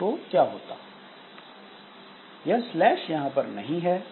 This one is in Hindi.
मेरे पास यह स्लैश यहां पर नहीं है